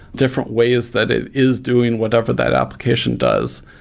different ways that it is doing whatever that application does.